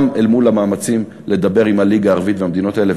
אל מול המאמצים לדבר עם הליגה הערבית והמדינות האלה,